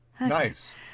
nice